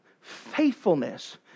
Faithfulness